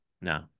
no